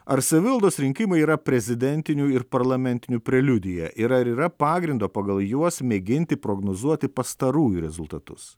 ar savivaldos rinkimai yra prezidentinių ir parlamentinių preliudija yra ir yra pagrindo pagal juos mėginti prognozuoti pastarųjų rezultatus